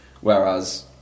Whereas